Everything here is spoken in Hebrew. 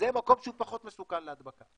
זה מקום שהוא פחות מסוכן להדבקה.